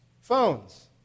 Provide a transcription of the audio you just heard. Phones